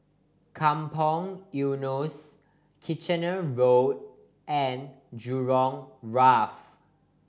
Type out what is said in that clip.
Kampong Eunos Kitchener Road and Jurong Wharf